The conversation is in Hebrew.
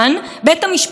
בדרום אפריקה,